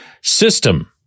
system